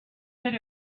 that